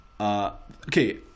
Okay